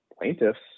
Plaintiffs